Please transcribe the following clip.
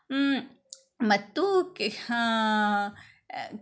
ಮತ್ತು